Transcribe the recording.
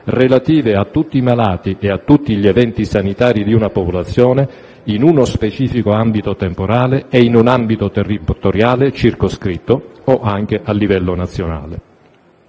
relative a tutti i malati e a tutti gli eventi sanitari di una popolazione in uno specifico ambito temporale e in un ambito territoriale circoscritto o anche a livello nazionale.